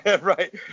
right